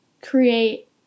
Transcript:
create